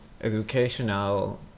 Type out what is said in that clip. educational